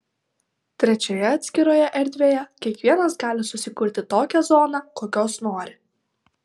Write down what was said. trečioje atskiroje erdvėje kiekvienas gali susikurti tokią zoną kokios nori